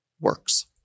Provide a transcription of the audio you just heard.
works